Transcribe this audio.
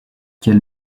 quel